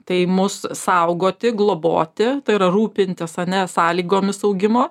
tai mus saugoti globoti rūpintis ane sąlygomis augimo